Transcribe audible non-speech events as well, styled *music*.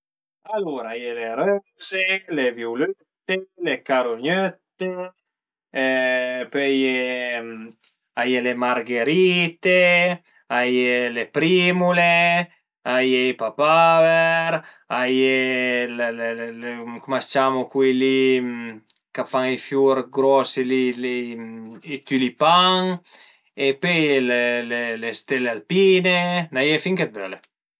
Alura a ie le röze, le viulëtte, le carugnëtte, pöi a ie, a ie le margherite, a ie le primule, a ie i papaver, a ie *hesitation* cum a së ciamu cui li ch'a fa i fiur grosi li li i tülipan e pöi a ie le stelle alpine, a i n'a ie fin che völe